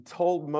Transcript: told